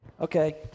Okay